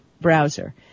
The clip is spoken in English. browser